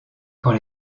quand